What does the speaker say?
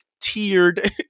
tiered